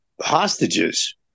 hostages